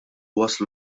waslu